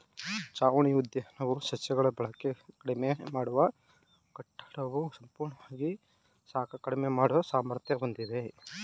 ಛಾವಣಿ ಉದ್ಯಾನವು ಸಸ್ಯಗಳು ಶಕ್ತಿಬಳಕೆ ಕಡಿಮೆ ಮಾಡುವ ಕಟ್ಟಡವು ಸಂಪೂರ್ಣವಾಗಿ ಶಾಖ ಕಡಿಮೆ ಮಾಡುವ ಸಾಮರ್ಥ್ಯ ಹೊಂದಿವೆ